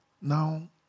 now